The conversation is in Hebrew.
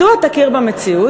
מדוע "תכיר במציאות"?